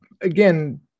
again